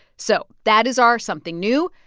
so that is our something new.